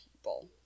people